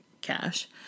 cash